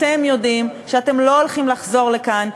אתם יודעים שאתם לא הולכים לחזור לכאן,